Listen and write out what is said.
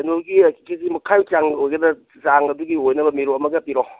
ꯀꯩꯅꯣꯒꯤ K G ꯃꯈꯥꯏꯃꯨꯛꯀꯤ ꯆꯥꯡ ꯑꯣꯏꯒꯗ꯭ꯔꯥ ꯆꯥꯡ ꯑꯗꯨꯒꯤ ꯑꯣꯏꯅꯕ ꯃꯦꯔꯨꯛ ꯑꯃꯒ ꯄꯤꯔꯣ